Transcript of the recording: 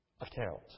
account